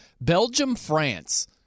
Belgium-France